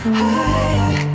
higher